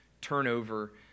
turnover